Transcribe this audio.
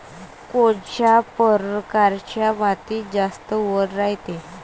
कोनच्या परकारच्या मातीत जास्त वल रायते?